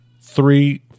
Three